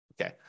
Okay